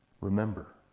remember